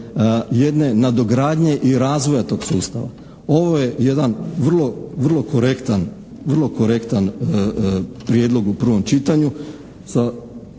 jedne nadogradnje i razvoja tog sustava. Ovo je jedan vrlo, vrlo korektan prijedlog u prvom čitanju